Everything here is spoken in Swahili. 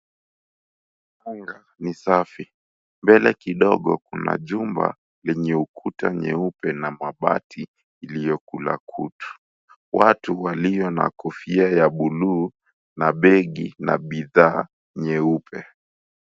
Unga ni safi mbele kidogo kuna jumba lenye ukuta nyeupe na bati iliyokula kutu, watu walio na kofia ya buluu na begi na bidhaa nyeupe.